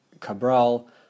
Cabral